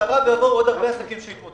אחרי המקרה הזה יבואו עוד הרבה עסקים שיתמוטטו.